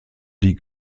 die